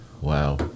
wow